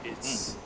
it's